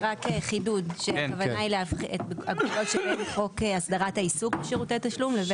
רק חידוד: הכוונה היא --- שבין חוק הסדרת העיסוק בשירותי תשלום לבין